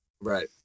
right